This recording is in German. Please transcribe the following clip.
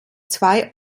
zwei